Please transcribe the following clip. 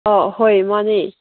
ꯑꯥ ꯍꯣꯏ ꯃꯥꯅꯤ